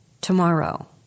tomorrow